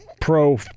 pro